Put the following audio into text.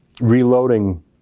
reloading